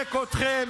חברת הכנסת ביטון.